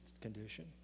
condition